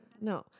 No